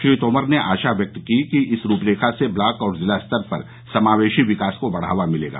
श्री तोमर ने आशा व्यक्त की कि इस रूपरेखा से ब्लॉक और जिला स्तर पर समावेशी विकास को बढावा मिलेगा